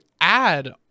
add